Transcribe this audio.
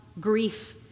grief